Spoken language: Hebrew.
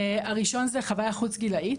הראשון זה חוויה חוץ-גילאית,